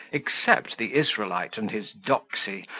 except the israelite and his doxy,